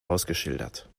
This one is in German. ausgeschildert